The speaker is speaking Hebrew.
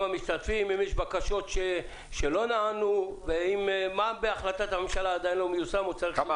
אם יש בקשות שלא נענו ומה בהחלטת הממשלה עדין לא מיושם או צריך יישום?